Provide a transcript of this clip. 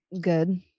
Good